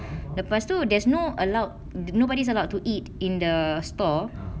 lepas tu there's no allowed nobody's allowed to eat in the store